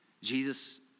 Jesus